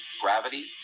gravity